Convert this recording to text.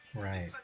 Right